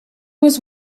was